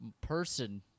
person